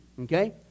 okay